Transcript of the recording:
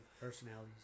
personalities